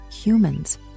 humans